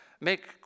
make